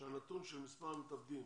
שהנתון של מספר המתאבדים